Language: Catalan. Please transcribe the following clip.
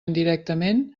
indirectament